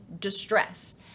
distress